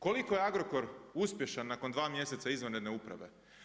Koliko je Agrokor uspješan nakon 2 mjeseca izvanredne uprave?